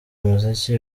umuziki